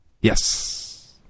Yes